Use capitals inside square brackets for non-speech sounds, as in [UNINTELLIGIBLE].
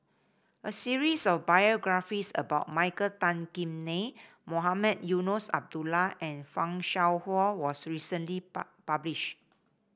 a series of biographies about Michael Tan Kim Nei Mohamed Eunos Abdullah and Fan Shao Hua was recently [UNINTELLIGIBLE] published